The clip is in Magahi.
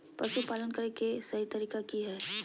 पशुपालन करें के सही तरीका की हय?